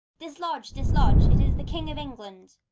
dislodge, dislodge! it is the king of england.